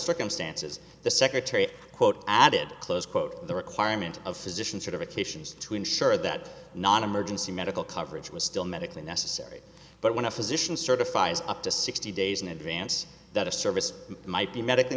circumstances the secretary quote added close quote the requirement of physicians sort of occasions to ensure that non emergency medical coverage was still medically necessary but when a physician certifies up to sixty days in advance that a service might be medically